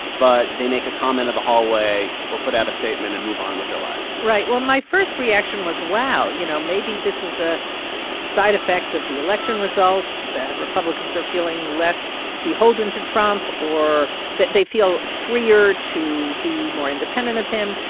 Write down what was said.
but they make a comment in the hallway or put out a statement and move on with their lives right. well, my first reaction was, wow, you know, maybe this is a side effect of the election results that republicans are feeling less beholden to trump or that they feel freer to be more independent of him.